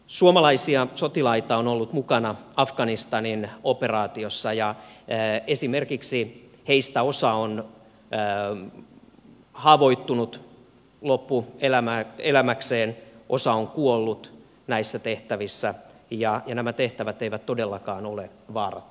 suomalaisia sotilaita on ollut mukana afganistanin operaatiossa ja esimerkiksi heistä osa on haavoittunut loppuelämäkseen osa on kuollut näissä tehtävissä ja nämä tehtävät eivät todellakaan ole vaarattomia